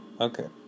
Okay